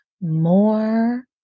more